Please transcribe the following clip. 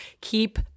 keep